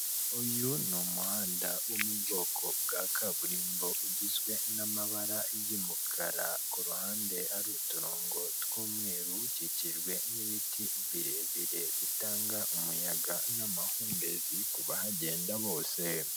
Uyu ni umuhanda wo mu bwoko bwa kaburimbo ugizwe n'amabara y'umukara ku ruhande ari uturongo tw'umweru, ukikijwe n'ibiti birebire bitanga umuyaga n'amahumbezi ku bahagenda bose.